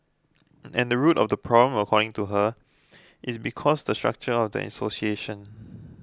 and the root of the problem according to her is because the structure of the association